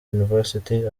university